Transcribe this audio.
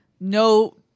No